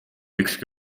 ükski